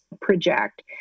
project